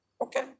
okay